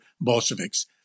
Bolsheviks